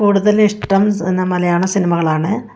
കൂടുതൽ ഇഷ്ടം പിന്നെ മലയാള സിനിമകളാണ്